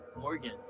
Morgan